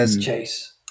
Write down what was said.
chase